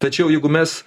tačiau jeigu mes